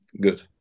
good